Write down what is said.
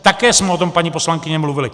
Také jsme o tom, paní poslankyně, mluvili.